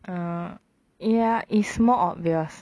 ah eh ya is more obvious